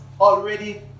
already